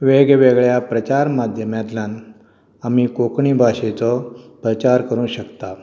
वेगवेगळ्या प्रचार माध्यमातंल्यान आमी कोंकणी भाशेचो प्रचार करूंक शकता